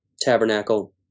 tabernacle